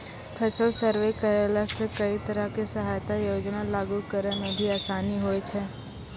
फसल सर्वे करैला सॅ कई तरह के सहायता योजना लागू करै म भी आसानी होय छै